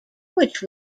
which